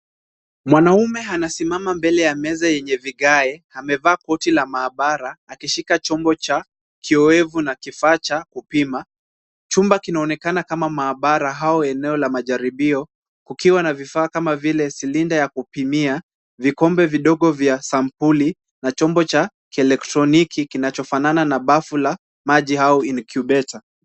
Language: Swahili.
Mwanaume anasimama mbele ya meza yenye vigae. Amevaa koti ya maabara akishika chombo cha kiowevu na kifaa cha kupima. Chumba kinaonekana kama maabara au eneo la majaribio kukiwa na vifaa kama vile silinda ya kupimia, vikombe vidogo vya sampuli na chombo cha kielektroniki kinachofanana na bafu la maji au incubator .